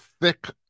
thick